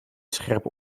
scherpe